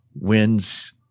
wins